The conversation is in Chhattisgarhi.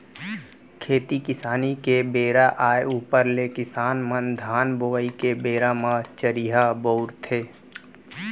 खेती किसानी के बेरा आय ऊपर ले किसान मन धान बोवई के बेरा म चरिहा बउरथे